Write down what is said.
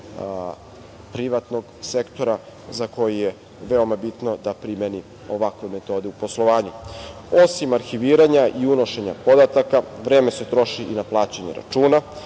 privatnog sektora za koji je veoma bitno da primene ovakve metode u poslovanju. Osim arhiviranja i unošenja podataka, vreme se troši i na plaćanje računa,